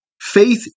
faith